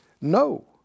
No